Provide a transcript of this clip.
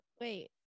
Wait